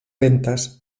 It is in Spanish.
ventas